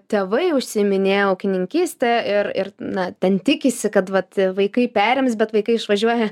tėvai užsiiminėja ūkininkyste ir ir na ten tikisi kad vat vaikai perims bet vaikai išvažiuoja